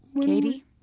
Katie